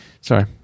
Sorry